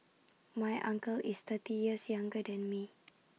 my uncle is thirty years younger than me